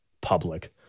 public